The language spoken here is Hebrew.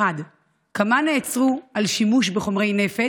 1. כמה נעצרו על שימוש בחומרי נפץ,